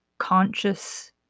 conscious